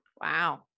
Wow